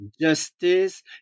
justice